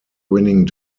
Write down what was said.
winning